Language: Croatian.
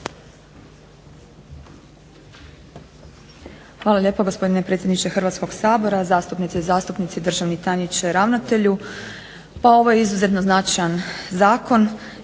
Hvala lijepa gospodine predsjedniče Hrvatskog sabora, zastupnice i zastupnici, državni tajniče, ravnatelju. Pa ovo je izuzetno značajan zakon,